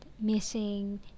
missing